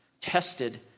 tested